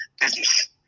business